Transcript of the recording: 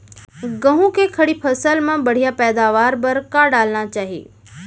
गेहूँ के खड़ी फसल मा बढ़िया पैदावार बर का डालना चाही?